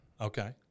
Okay